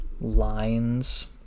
lines